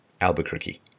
Albuquerque